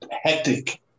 hectic